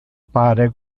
pare